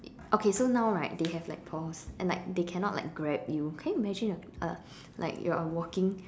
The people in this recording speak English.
okay so now right they have like paws and like they cannot like grab you can you imagine a a like you are a walking